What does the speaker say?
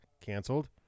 canceled